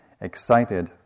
excited